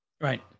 Right